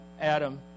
Adam